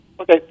Okay